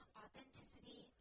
authenticity